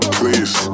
please